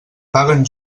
paguen